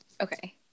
okay